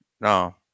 No